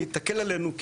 היא תקל עלינו.